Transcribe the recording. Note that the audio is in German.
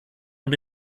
und